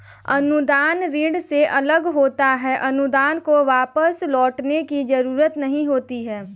अनुदान ऋण से अलग होता है अनुदान को वापस लौटने की जरुरत नहीं होती है